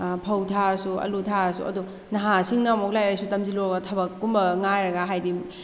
ꯐꯧ ꯊꯥꯔꯁꯨ ꯑꯥꯜꯂꯨ ꯊꯥꯔꯁꯨ ꯑꯗꯨ ꯅꯍꯥꯁꯤꯡꯅ ꯑꯃꯨꯛ ꯂꯥꯏꯔꯤꯛ ꯂꯥꯏꯁꯨ ꯇꯝꯖꯤꯜꯂꯨꯔꯒ ꯊꯕꯛ ꯀꯨꯝꯕ ꯉꯥꯏꯔꯒ ꯍꯥꯏꯗꯤ